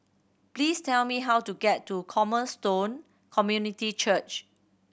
please tell me how to get to Cornerstone Community Church